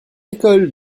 école